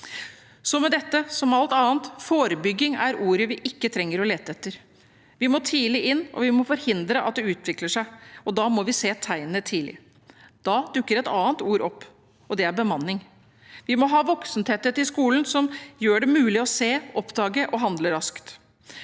Med dette som med alt annet er forebygging ordet vi ikke trenger å lete etter. Vi må tidlig inn, vi må forhindre at det utvikler seg, og da må vi se tegnene tidlig. Da dukker et annet ord opp, og det er «bemanning». Vi må ha en voksentetthet i skolen som gjør det mulig å se, oppdage og handle raskt.